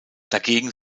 dagegen